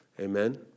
Amen